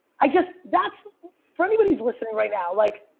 i just that's for anybody who's listening right now. like,